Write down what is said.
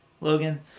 Logan